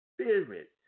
Spirit